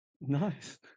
Nice